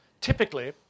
Typically